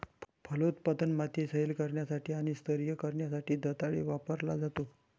फलोत्पादनात, माती सैल करण्यासाठी आणि स्तरीय करण्यासाठी दंताळे वापरला जातो